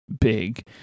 big